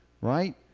right